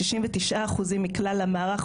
69 אחוזים מכלל המערך,